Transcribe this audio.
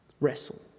Wrestle